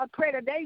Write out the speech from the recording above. accreditation